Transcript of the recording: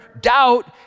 doubt